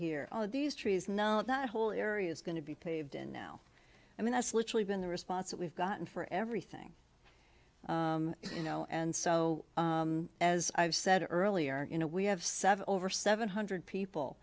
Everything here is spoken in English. here are these trees now that whole area is going to be paved and now i mean that's literally been the response that we've gotten for everything you know and so as i've said earlier you know we have seven over seven hundred people